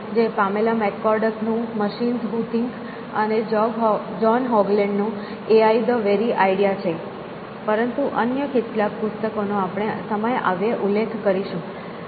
જે Pamela McCorduck નું "Machines who think" અને જ્હોન હોગલેન્ડ નું "AI the very idea" છે પરંતુ અન્ય કેટલાક પુસ્તકો નો આપણે સમય આવ્યે ઉલ્લેખ કરીશું